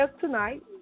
tonight